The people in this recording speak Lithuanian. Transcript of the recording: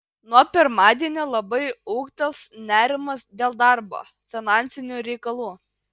nuo pirmadienio labai ūgtels nerimas dėl darbo finansinių reikalų